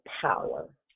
power